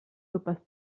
sopes